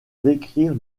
décrire